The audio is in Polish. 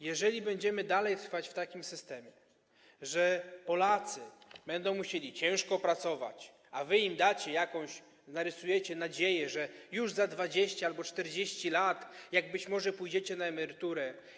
Jeżeli będziemy dalej trwać w takim systemie, że Polacy będą musieli ciężko pracować, a wy im zarysujecie jakąś nadzieję, że już za 20 albo 40 lat, być może jak pójdziecie na emeryturę.